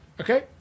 Okay